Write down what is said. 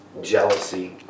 jealousy